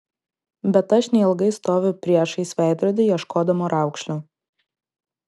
bet aš neilgai stoviu priešais veidrodį ieškodama raukšlių